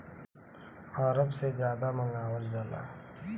अरब से जादा मंगावल जाला